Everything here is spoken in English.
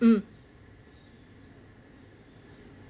um